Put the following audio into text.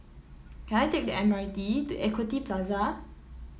can I take the M R T to Equity Plaza